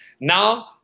now